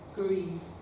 grieve